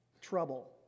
trouble